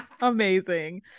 Amazing